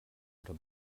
oder